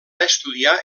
estudiar